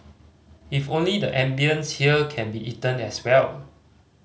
if only the ambience here can be eaten as well